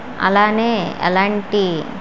అలానే ఎలాంటి